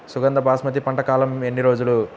సుగంధ బాస్మతి పంట కాలం ఎన్ని రోజులు?